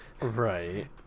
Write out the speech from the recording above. right